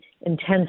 intense